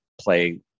play –